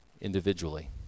individually